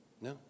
No